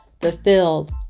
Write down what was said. fulfilled